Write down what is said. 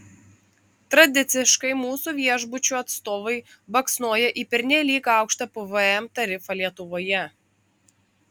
tradiciškai mūsų viešbučių atstovai baksnoja į pernelyg aukštą pvm tarifą lietuvoje